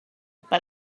but